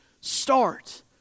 start